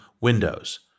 Windows